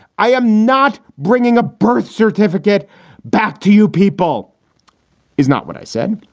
i am not bringing a birth certificate back to you people is not what i said.